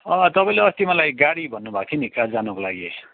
तपाईँले अस्ति मलाई गाडी भन्नु भएको थियो नि कहाँ जानुको लागि